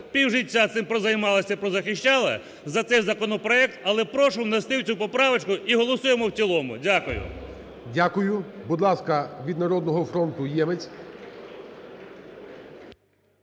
півжиття цим прозаймалася, прозахищала, за цей законопроект, але прошу внести цю поправочку і голосуємо в цілому. Дякую. ГОЛОВУЮЧИЙ. Дякую. Будь ласка, від "Народного фронту" Ємець.